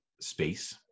space